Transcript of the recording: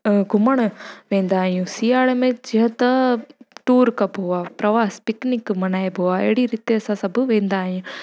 घुमणु वेंदा आहियूं सिआरे में जीअं त टूर कबो आहे प्रवास पिकनिक मनाइबो आहे अहिड़ी रीति असां सभु वेंदा आहियूं